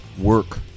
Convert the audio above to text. work